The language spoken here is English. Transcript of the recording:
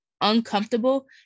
uncomfortable